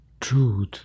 truth